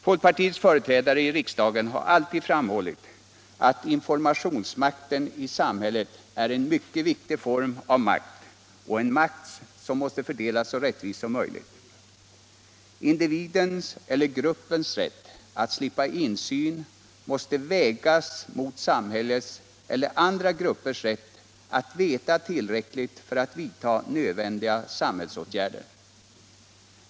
Folkpartiets företrädare i riksdagen har alltid framhållit att informationsmakten i samhället är en mycket viktig form av makt, en makt som måste fördelas så rättvist som möjligt. Individens eller gruppens rätt att slippa insyn måste vägas mot samhällets eller andra gruppers rätt att veta tillräckligt för att vidta nödvändiga samhällsåtgärder.